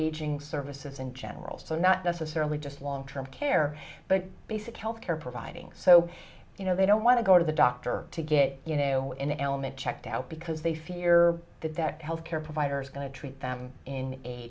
aging services in general so not necessarily just long term care but basic health care providing so you know they don't want to go to the doctor to get an element checked out because they fear that that healthcare provider is going to treat them in a